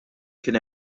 kien